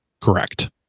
Correct